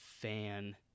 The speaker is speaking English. fan